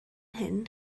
hyn